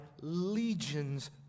legions